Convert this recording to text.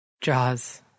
Jaws